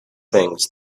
things